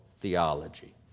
Theology